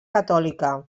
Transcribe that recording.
catòlica